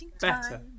better